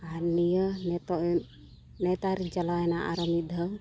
ᱟᱨ ᱱᱤᱭᱟᱹ ᱡᱚᱠᱷᱚᱡ ᱱᱮᱛᱟᱨ ᱤᱧ ᱪᱟᱞᱟᱣᱮᱱᱟ ᱟᱨ ᱢᱤᱫ ᱫᱷᱟᱣ